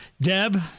Deb